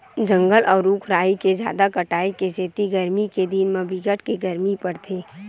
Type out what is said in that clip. जंगल अउ रूख राई के जादा कटाई के सेती गरमी के दिन म बिकट के गरमी परथे